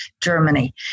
Germany